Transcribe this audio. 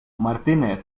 martínez